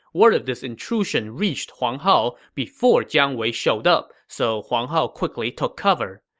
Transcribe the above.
word of this intrusion reached huang hao before jiang wei showed up, so huang hao quickly took cover.